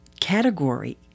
category